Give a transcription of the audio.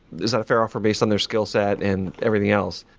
is that a fair offer based on their skillset, and everything else.